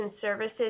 services